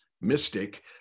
mystic